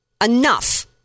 Enough